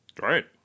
Right